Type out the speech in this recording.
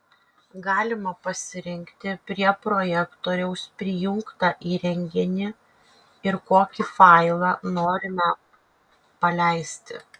galima pasirinkti prie projektoriaus prijungtą įrenginį ir kokį failą norime paleisti